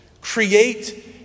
create